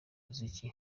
muziki